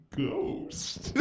ghost